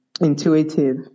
intuitive